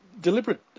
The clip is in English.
deliberate